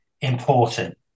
important